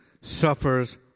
suffers